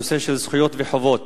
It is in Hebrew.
בנושא של זכויות וחובות,